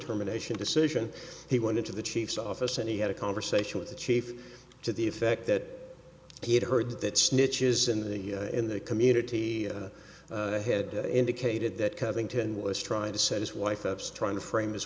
termination decision he went into the chief's office and he had a conversation with the chief to the effect that he had heard that snitches in the in the community had indicated that covington was trying to set his wife ups trying to frame